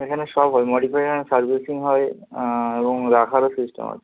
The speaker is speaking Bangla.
এখানে সব হয় মডিফাই হয় সার্ভিসিং হয় আর এবং রাখারও সিস্টেম আছে